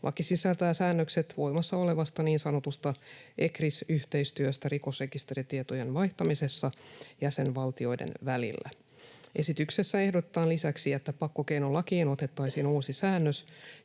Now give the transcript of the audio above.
Laki sisältää säännökset voimassa olevasta niin sanotusta ECRIS-yhteistyöstä rikosrekisteritietojen vaihtamisessa jäsenvaltioiden välillä. Esityksessä ehdotetaan lisäksi, että pakkokeinolakiin otettaisiin uusi säännös,